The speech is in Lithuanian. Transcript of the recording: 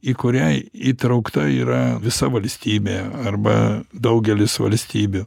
į kurią įtraukta yra visa valstybė arba daugelis valstybių